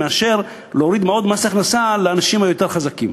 מאשר להוריד עוד מס הכנסה לאנשים היותר חזקים.